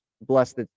blessed